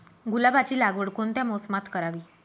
गुलाबाची लागवड कोणत्या मोसमात करावी?